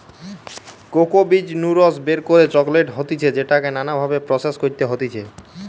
cocoa বীজ নু রস বের করে চকলেট হতিছে যেটাকে নানা ভাবে প্রসেস করতে হতিছে